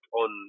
on